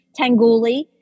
Tanguli